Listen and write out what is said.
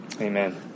Amen